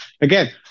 again